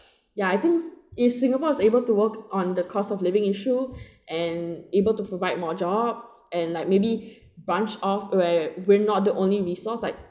ya I think if singapore is able to work on the cost of living issue and able to provide more jobs and like maybe branch of f where we're not the only resource like